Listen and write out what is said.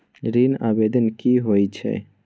ऋण आवेदन की होय छै?